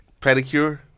Pedicure